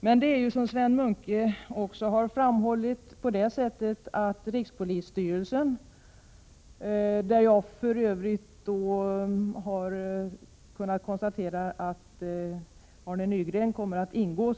Arne Nygren kom mer för övrigt att gå in som ledamot i rikspolisstyrelsen, och jag vill begagna detta tillfälle att gratulera honom till den utnämningen.